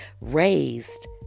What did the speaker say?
Raised